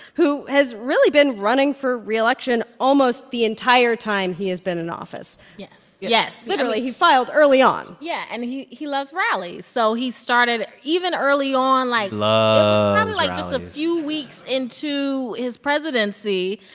who has really been running for re-election almost the entire time he has been in office yes. yes literally. he filed early on yeah. and he he loves rallies. so he started even early on. like. loves like rallies. a few weeks into his presidency,